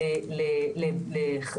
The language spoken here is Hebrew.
פי אלף.